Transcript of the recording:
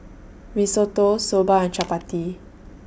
Risotto Soba and Chapati